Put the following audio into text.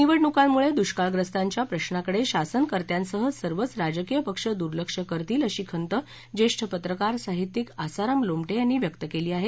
निवडणुकांमुळे दृष्काळग्रस्तांच्या प्रशाकडे शासनकर्त्यांसह सर्वच राजकीय पक्ष दूर्लक्ष करतील अशी खंत ज्येष्ठ पत्रकार साहित्यिक आसाराम लोमटे यांनी व्यक्त केली आहे